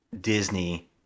Disney